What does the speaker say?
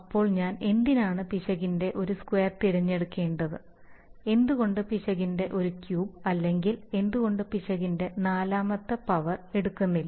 ഇപ്പോൾ ഞാൻ എന്തിനാണ് പിശകിന്റെ ഒരു സ്ക്വയർ തിരഞ്ഞെടുക്കേണ്ടത് എന്തുകൊണ്ട് പിശകിന്റെ ഒരു ക്യൂബ് അല്ലെങ്കിൽ എന്തുകൊണ്ട് പിശകിന്റെ 4 മതത്തെ പവർ എടുക്കുന്നില്ല